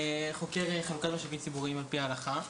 חוקר חלוקת משאבים ציבוריים על פי ההלכה.